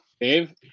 Dave